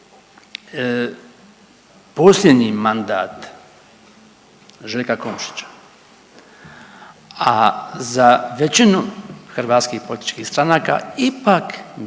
posljednji mandat Željka Komšića, a za većinu hrvatskih političkih stranaka ipak